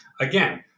Again